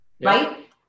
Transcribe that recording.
right